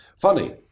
Funny